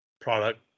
product